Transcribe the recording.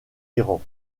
iran